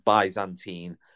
Byzantine